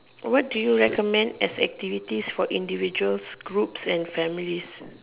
what do you recommend as activities for individuals groups and families